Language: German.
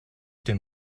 den